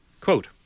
Quote